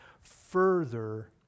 further